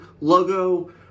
logo